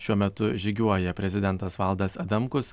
šiuo metu žygiuoja prezidentas valdas adamkus